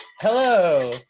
Hello